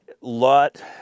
lot